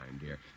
dear